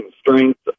strength